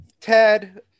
Ted